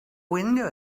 window